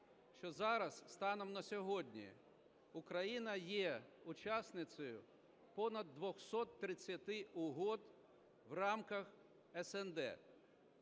що зараз, станом на сьогодні, Україна є учасницею понад 230 угод в рамках СНД?